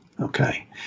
Okay